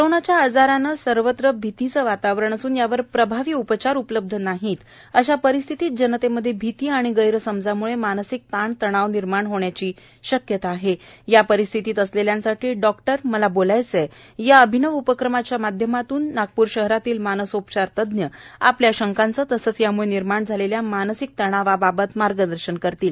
करोणाच्या आजाराने सर्वत्र भीतीचे वातावरण असून यावर प्रभावी उपचार उपलब्ध नाहीत अशा परिस्थितीत जनतेमध्ये भीती व गैरसमजाम्ळे मानसिक ताण तणाव निर्माण होण्याची शक्यता आहे अशा परिस्थितीत असलेल्यांसाठी डॉक्टर मला बोलायचं आहे या अभिनव उपक्रमाच्या माध्यमातून शहरातील मानसोपचार तज्ञ आपल्या शंकाचे तसेच यामुळे निर्माण झालेल्या मानसिक तणावा बाबत मार्गदर्शन करणार आहेत